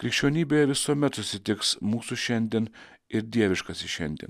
krikščionybėje visuomet susitiks mūsų šiandien ir dieviškasis šiandien